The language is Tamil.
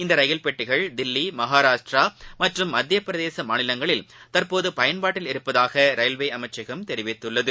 இந்தரயில் பெட்டிகள் தில்லி மகாராஷ்டிராமற்றும் மத்தியபிரதேசமாநிலங்களில் தற்போதுபயன்பாட்டில் உள்ளதாகரயில்வேஅமைச்சகம் தெரிவித்துள்ளது